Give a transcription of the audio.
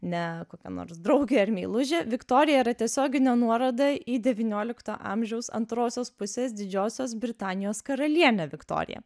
ne kokia nors draugė ar meilužė viktorija yra tiesioginė nuoroda į devyniolikto amžiaus antrosios pusės didžiosios britanijos karalienę viktoriją